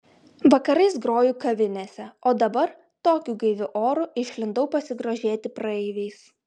vakarais groju kavinėse o dabar tokiu gaiviu oru išlindau pasigrožėti praeiviais